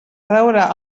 traure